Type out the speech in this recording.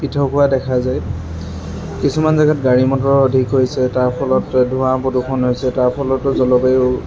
পৃথক হোৱা দেখা যায় কিছুমান জেগাত গাড়ী মটৰ অধিক হৈছে তাৰ ফলত ধোঁৱা প্ৰদূষণ হৈছে তাৰ ফলতো জলবায়ু